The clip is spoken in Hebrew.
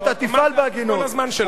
זה על חשבון הזמן שלו.